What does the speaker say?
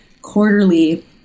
quarterly